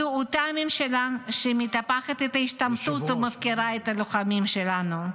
זו אותה ממשלה שמטפחת את ההשתמטות ומפקירה את הלוחמים שלנו,